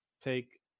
take